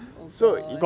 oh god